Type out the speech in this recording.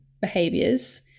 behaviors